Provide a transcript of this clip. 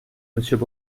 monsieur